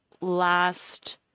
last